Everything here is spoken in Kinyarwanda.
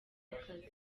akazi